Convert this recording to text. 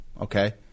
okay